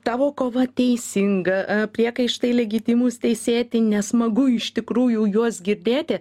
tavo kova teisinga a priekaištai legitimūs teisėti nesmagu iš tikrųjų juos girdėti